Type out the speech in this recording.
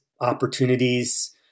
opportunities